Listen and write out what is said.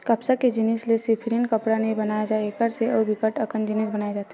कपसा के जिनसि ले सिरिफ कपड़ा नइ बनाए जाए एकर से अउ बिकट अकन जिनिस बनाए जाथे